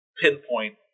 pinpoint